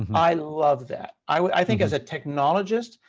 um i love that. i think as a technologist,